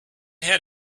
had